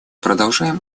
продолжаем